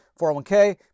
401k